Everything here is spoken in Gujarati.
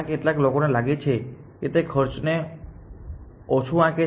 કેટલા લોકોને લાગે છે કે તે ખર્ચને ઓછું આંકે છે